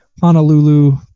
Honolulu